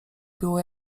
było